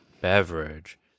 Beverage